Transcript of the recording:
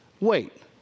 Wait